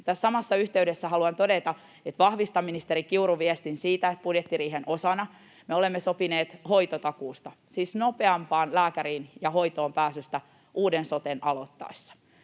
Tässä samassa yhteydessä haluan todeta, että vahvistan ministeri Kiurun viestin siitä, että budjettiriihen osana me olemme sopineet hoitotakuusta, siis nopeammasta lääkäriin ja hoitoon pääsystä uuden soten aloittaessa.